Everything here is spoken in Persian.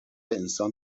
انسان